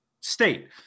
state